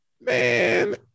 man